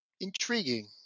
Intriguing